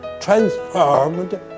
transformed